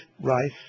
rice